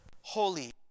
holy